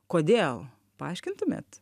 kodėl paaiškintumėt